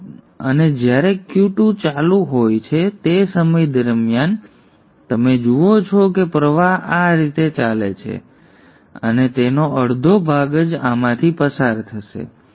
તે જાય છે અને જ્યારે Q2 ચાલુ હોય છે તે સમય દરમિયાન તમે જુઓ છો કે પ્રવાહ આ રીતે ચાલે છે અને તેનો અડધો ભાગ જ આમાંથી પસાર થશે